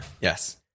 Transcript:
Yes